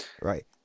Right